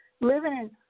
living